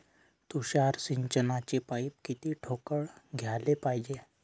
तुषार सिंचनाचे पाइप किती ठोकळ घ्याले पायजे?